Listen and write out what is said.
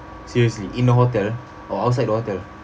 seriously in the hotel or outside the hotel